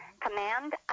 command